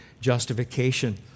justification